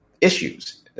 issues